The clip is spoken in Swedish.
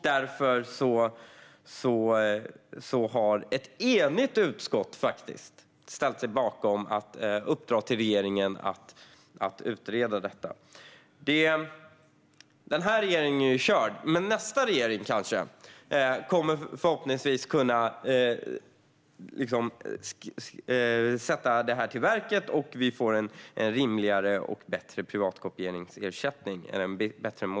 Därför har ett enigt utskott ställt sig bakom att uppdra till regeringen att utreda detta. Den här regeringen är körd. Men nästa regering kommer förhoppningsvis kanske att kunna skrida till verket så att vi får en rimligare och bättre modell för privatkopieringsersättning.